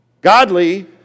Godly